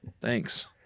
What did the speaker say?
Thanks